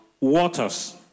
waters